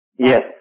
Yes